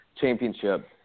championship